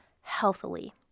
healthily